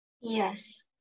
yes